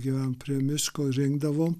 gyvenom prie miško rinkdavom